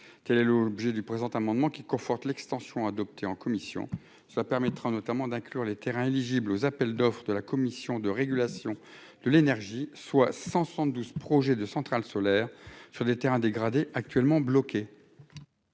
telle est l'objet du présent amendement qui conforte l'extension adopté en commission, cela permettra notamment d'inclure les terrains éligible aux appels d'offres de la Commission de régulation de l'énergie, soit 100 francs 12 projets de centrales solaires sur des terrains dégradés actuellement.